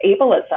ableism